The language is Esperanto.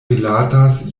rilatas